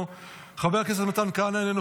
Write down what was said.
איננו,